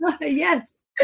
Yes